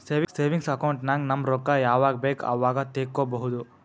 savings account ನಾಗ್ ನಮ್ ರೊಕ್ಕಾ ಯಾವಾಗ ಬೇಕ್ ಅವಾಗ ತೆಕ್ಕೋಬಹುದು